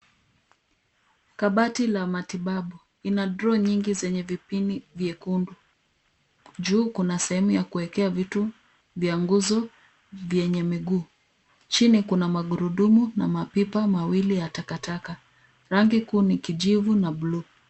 Kabati la matibabu, ina draw nyingi zenye vipini vyekundu. Juu kuna sehemu ya kuwekea vitu vya nguzo vyenye miguu. Chini kuna magurudumu na mapipa mawili ya takataka. Rangi kuu ni kijivu na buluu.